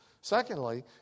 Secondly